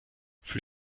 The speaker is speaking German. für